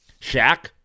Shaq